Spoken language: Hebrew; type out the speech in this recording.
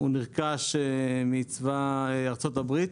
נרכש מצבא ארצות הברית.